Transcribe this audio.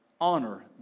honor